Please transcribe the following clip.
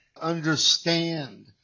understand